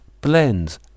blends